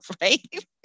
right